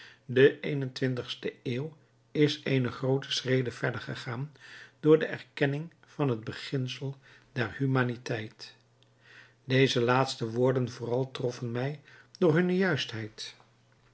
de eenentwintigste eeuw is eene groote schrede verder gegaan door de erkenning van het beginsel der humaniteit deze laatste woorden vooral troffen mij door hunne juistheid